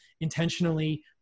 intentionally